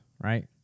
right